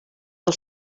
del